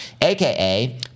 aka